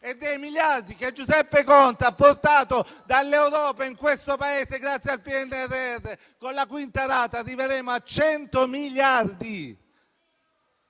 dei miliardi che Giuseppe Conte ha portato dall'Europa in questo Paese, grazie al PNRR! Con la quinta rata arriveremo a 100 miliardi.